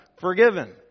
forgiven